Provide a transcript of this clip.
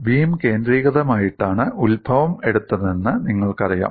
beam കേന്ദ്രമായിട്ടാണ് ഉത്ഭവം എടുത്തതെന്ന് നിങ്ങൾക്കറിയാം